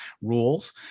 rules